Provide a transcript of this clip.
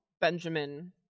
benjamin